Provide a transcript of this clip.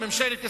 ממשלת ישראל,